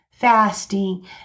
fasting